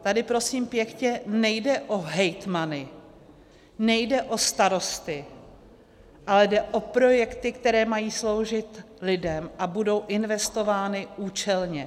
Tady, prosím pěkně, nejde o hejtmany, nejde o starosty, ale jde o projekty, které mají sloužit lidem a budou investovány účelně.